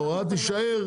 ההוראה תישאר,